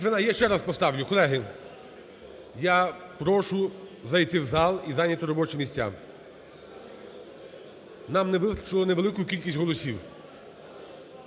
Я ще раз поставлю. Колеги, я прошу зайти в зал і зайняти робочі місця. Нам не вистачило невеликої кількості голосів.